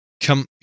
come